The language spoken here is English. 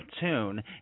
tune